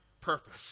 purpose